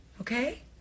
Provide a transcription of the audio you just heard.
okay